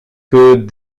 que